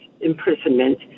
imprisonment